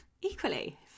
equally